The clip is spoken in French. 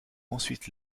ensuite